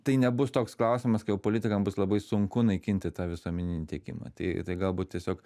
tai nebus toks klausimas kai jau politikam bus labai sunku naikinti tą visuomeninį tiekimą tai tai galbūt tiesiog